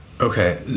Okay